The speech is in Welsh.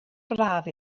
braf